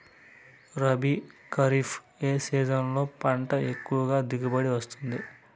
రబీ, ఖరీఫ్ ఏ సీజన్లలో పంట ఎక్కువగా దిగుబడి వస్తుంది